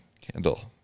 Candle